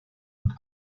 und